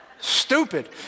Stupid